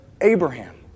Abraham